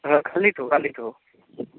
ହଁ କାଲିଠୁ କାଲିଠୁ